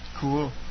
Cool